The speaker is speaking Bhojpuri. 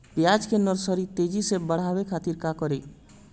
प्याज के नर्सरी तेजी से बढ़ावे के खातिर का करी?